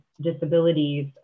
disabilities